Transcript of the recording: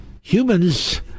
humans